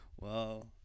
Wow